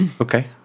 Okay